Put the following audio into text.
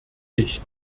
ich